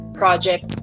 project